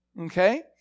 okay